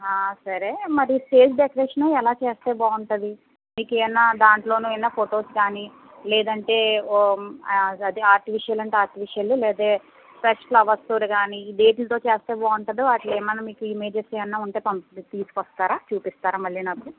సరే మరి stage decoration ఎలా చేస్తే బాగుంటుంది మీకేమైనా దాంట్లోని ఏమైనా ఫోటోస్ కానీ లేదంటే అదే ఆర్టిఫిషియల్ అంటే ఆర్టిఫిషియలు లేదా ఫ్రెష్ ఫ్లవర్స్ తోటి కానీ వేటితో చేస్తే బాగుంటుందో వాటిలో ఏమైనా మీకు ఇమేజస్ ఏమైనా ఉంటే పంపి తీసుకొస్తారా చూపిస్తారా మళ్ళీ నాకు